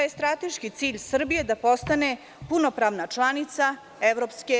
Strateški cilj Srbije je da postane punopravna članica EU.